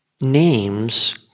Names